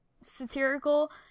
satirical